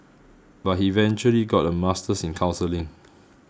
but he eventually got a Master's in counselling